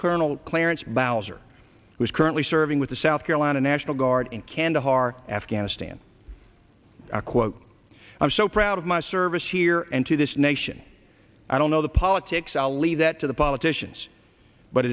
colonel clarence boucher who is currently serving with the south carolina national guard in kandahar afghanistan quote i'm so proud of my service here and to this nation i don't know the politics i'll leave that to the politicians but